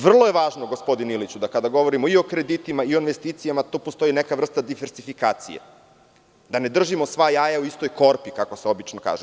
Vrlo je važno, gospodine Iliću, da kada govorimo i o kreditima i o investicijama tu postoji neka vrsta diversifikacije, da ne držimo sva jaja u istoj korpi, kako se obično kaže.